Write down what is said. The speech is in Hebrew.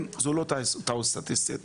זו לא טעות סטטיסטית.